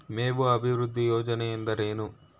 ಮೇವು ಅಭಿವೃದ್ಧಿ ಯೋಜನೆ ಎಂದರೇನು?